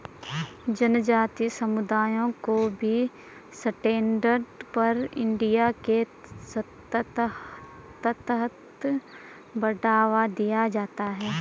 जनजाति समुदायों को भी स्टैण्ड अप इंडिया के तहत बढ़ावा दिया जाता है